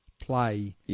play